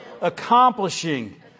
accomplishing